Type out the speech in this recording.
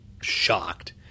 shocked